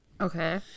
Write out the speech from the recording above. Okay